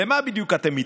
למה בדיוק אתם מתכוונים?